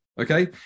Okay